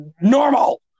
normal